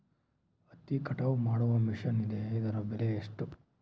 ಹತ್ತಿ ಕಟಾವು ಮಾಡುವ ಮಿಷನ್ ಇದೆಯೇ ಅದರ ಬೆಲೆ ಎಷ್ಟು?